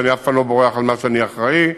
ואני אף פעם לא בורח ממה שאני אחראי לו.